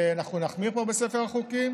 ואנחנו נחמיר בספר החוקים.